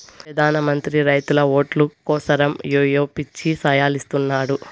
పెదాన మంత్రి రైతుల ఓట్లు కోసరమ్ ఏయో పిచ్చి సాయలిస్తున్నాడు